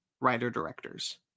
writer-directors